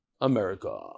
America